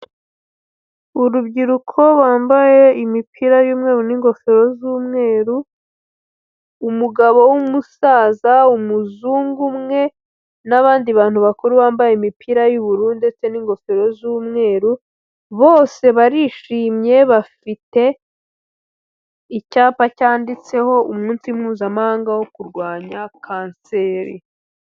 Urubyiruko bambaye imipira y'umweru n'ingofero z'umweru, umugabo w'umusaza, umuzungu umwe n'abandi bantu bakuru bambaye imipira y'ubururu ndetse n'ingofero z'umweru, bose barishimye bafite icyapa cyanditseho umunsi mpuzamahanga wo kurwanya Kanseri.